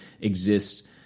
exist